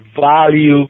value